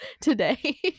today